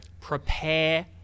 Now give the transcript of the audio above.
Prepare